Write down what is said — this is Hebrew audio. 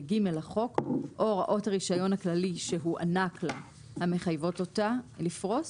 ו-(ג) לחוק או הוראות הרישיון הכללי שהוענק לה המחייבות אותה לפרוס",